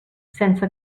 sense